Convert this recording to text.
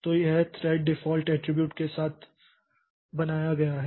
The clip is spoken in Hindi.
तो यह थ्रेड डिफ़ॉल्ट एट्रिब्यूट के साथ बनाया गया है